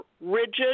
rigid